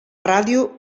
ràdio